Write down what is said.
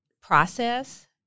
process